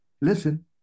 Listen